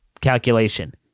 calculation